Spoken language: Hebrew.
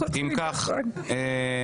הצבעה אושר אושר.